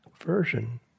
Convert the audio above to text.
version